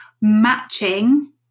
matching